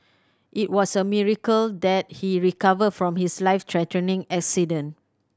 it was a miracle that he recovered from his life threatening accident